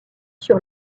sur